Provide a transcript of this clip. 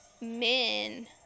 men